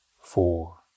four